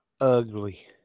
ugly